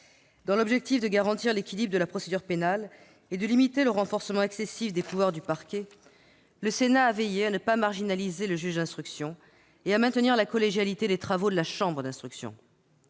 Dans l'objectif de garantir l'équilibre de la procédure pénale et de limiter le renforcement excessif des pouvoirs du parquet, le Sénat a veillé à ne pas marginaliser le juge d'instruction et à maintenir la collégialité des travaux de la chambre de l'instruction.